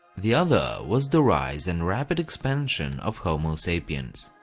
the other was the rise and rapid expansion of homo sapiens.